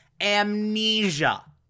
amnesia